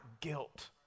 guilt